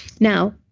now,